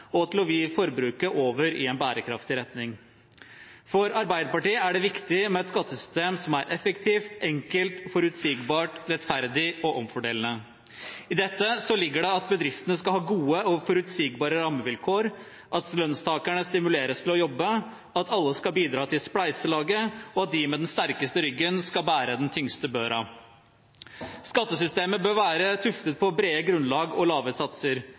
og å vri forbruket over i en bærekraftig retning. For Arbeiderpartiet er det viktig med et skattesystem som er effektivt, enkelt, forutsigbart, rettferdig og omfordelende. I dette ligger det at bedriftene skal ha gode og forutsigbare rammevilkår, at lønnstakerne skal stimuleres til å jobbe, at alle skal bidra til spleiselaget, og at de med den sterkeste ryggen skal bære den tyngste børa. Skattesystemet bør være tuftet på brede grunnlag og